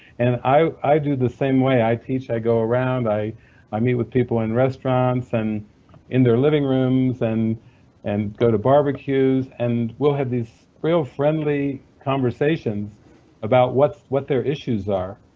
and and i i do the same way. i teach, i go around, i i meet with people in restaurants and in their living rooms and and go to barbeques. and we'll have these really friendly conversations about what what their issues are,